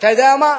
אתה יודע מה?